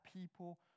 people